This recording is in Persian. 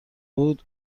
بود